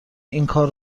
اینکار